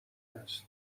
است